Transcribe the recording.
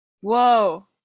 Whoa